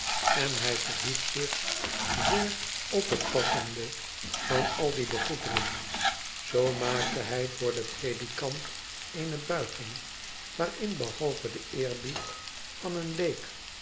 en hij verhief zich zeer op het passende van al die begroetingen zoo maakte hij voor den predikant eene buiging waarin behalve de eerbied van een leek